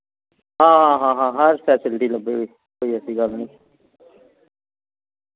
हां हां हां हां हर फैसिलिटी लब्भग कोई ऐसी गल्ल निं